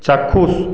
চাক্ষুষ